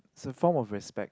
it's a form of respect